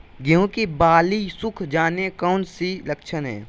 गेंहू की बाली सुख जाना कौन सी लक्षण है?